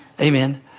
Amen